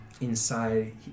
inside